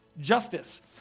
justice